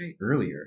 earlier